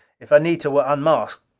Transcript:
if anita were unmasked,